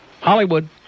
Hollywood